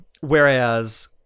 Whereas